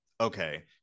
Okay